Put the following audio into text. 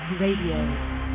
Radio